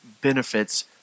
benefits